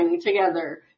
together